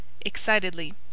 excitedly